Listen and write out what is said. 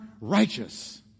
righteous